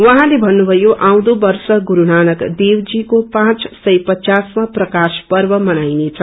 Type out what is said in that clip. उहाँले भन्नुभयो आउँदो वर्ष गुरू नानक देवजीको पाँच सय पचास वाँ प्रकाश पर्व मनाइनेछ